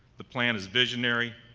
the plan is visionary,